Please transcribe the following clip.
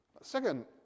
Second